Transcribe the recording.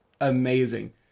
amazing